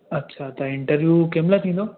अच्छा त इंटरव्यू कंहिंमहिल थींदो